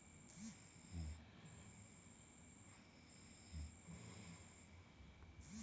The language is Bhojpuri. शेयर बाजार में स्टॉक आउरी बांड आदि में निबेश कईल जाला